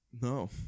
no